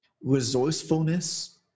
resourcefulness